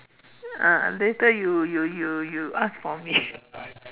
ah later you you you ask for me